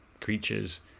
creatures